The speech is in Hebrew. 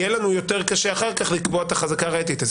יהיה לנו יותר קשה אחר כך לקבוע את החזקה הראייתית הזאת.